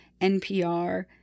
NPR